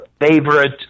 favorite